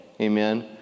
Amen